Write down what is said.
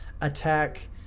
attack